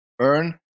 earn